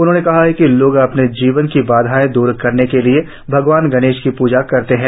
उन्होंने कहा कि लोग अपने जीवन की बाधाएं दूर करने के लिए भगवान गणेश की पूजा करते हैं